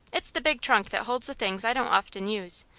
it's the big trunk that holds the things i don't often use,